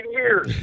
years